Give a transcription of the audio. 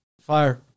Fire